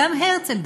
וגם הרצל,